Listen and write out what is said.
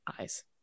eyes